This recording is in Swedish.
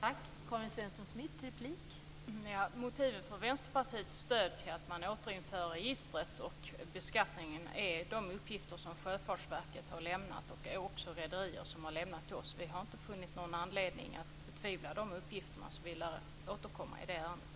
Fru talman! Motiven för Vänsterpartiets stöd för att man återinför register och beskattning är de uppgifter som Sjöfartsverket har lämnat. Det är också rederier som har lämnat uppgifter till oss. Vi har inte funnit någon anledning att betvivla de uppgifterna, så vi lär återkomma i det ärendet.